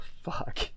fuck